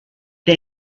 der